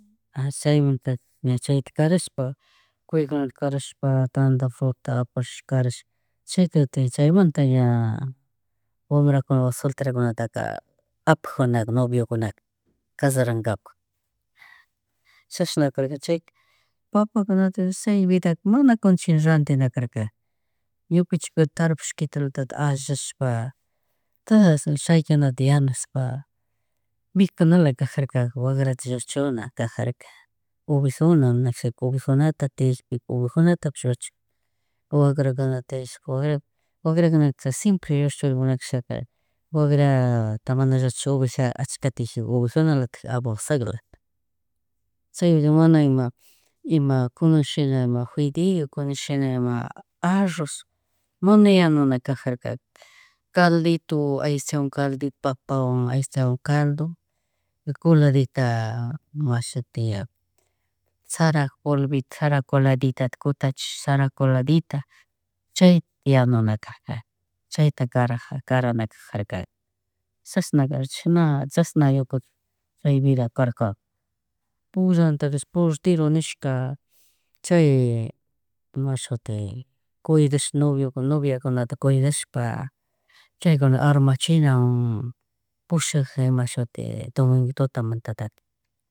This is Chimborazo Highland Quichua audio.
Chaymunta, chayta karashpa, cuyikunata karshpa tanda, fruta apshpa karash chaykutin chaymanta ña, wambrakuna solterakunata apakunaka ñoviokuna casharanapak, chashan karkkachay, papakuna chay vidaka mana ñukanchik randina karka, ñukanchika tarpushkitalatita ashllashpa, chaykakunata yanushpa mikunalakajarka, wagrata lluchuna kajarka, ovejuna, nakashaka obvejuna tiyashch, ovejunatapish lluchuna. Wagra, wagra simpre lluchuna man kashaka, wagrata man lluchushaka oveja ashka tiyagjika ovejunalatik abunshalak chaymi mana ima, ima, kunanshina juideyo, kunanshina ima arroz, mana yanunakarjarka, caldito aychawan, caldito papawan, aychawan caldo, coladita washapi sara polvito sara coladita kutachis, sara coladita, chay yanunakajarka, chata kara karanakajarka. Chashna kadur chishna na, chashna ñuka kay vida karka, punllata rish portero nishka, chay mashuti kuydash noviokuna, noviakunata, cuidahpa chaykunata asrmachinamun pushak ima shuti domingo tutamantataka.